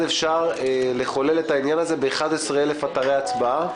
כיצד עכשיו לחולל את העניין הזה ב-11,000 אתרי הצבעה?